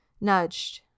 nudged